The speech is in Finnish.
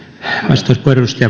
puhemies edustaja